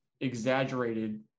exaggerated